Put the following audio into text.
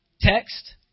text